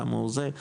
כמה הוא זה,